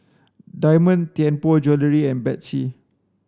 Diamond Tianpo Jewellery and Betsy